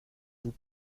vous